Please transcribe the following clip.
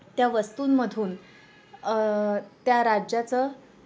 त्या वस्तूंमधून त्या राज्याचं